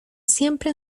siempre